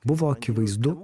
buvo akivaizdu